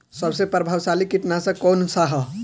सबसे प्रभावशाली कीटनाशक कउन सा ह?